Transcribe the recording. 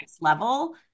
level